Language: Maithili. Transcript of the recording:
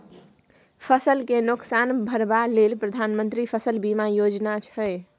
फसल केँ नोकसान भरबा लेल प्रधानमंत्री फसल बीमा योजना छै